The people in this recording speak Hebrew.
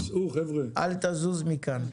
אל תזוז מכאן.